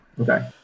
okay